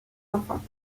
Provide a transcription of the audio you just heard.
enfants